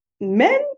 Men